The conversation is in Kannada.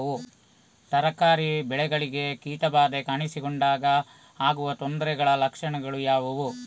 ತರಕಾರಿ ಬೆಳೆಗಳಿಗೆ ಕೀಟ ಬಾಧೆ ಕಾಣಿಸಿಕೊಂಡಾಗ ಆಗುವ ತೊಂದರೆಗಳ ಲಕ್ಷಣಗಳು ಯಾವುವು?